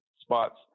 spots